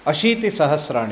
अशीतिसहस्राणि